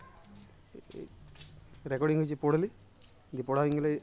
পিথিবীর মইধ্যে ভারত ধাল চাষের ছব চাঁয়ে বড় উৎপাদক